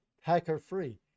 hacker-free